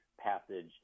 passage